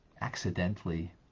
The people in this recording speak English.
accidentally